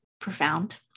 profound